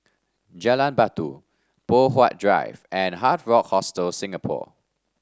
Jalan Batu Poh Huat Drive and Hard Rock Hostel Singapore